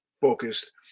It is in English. focused